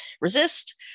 resist